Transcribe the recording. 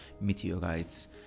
meteorites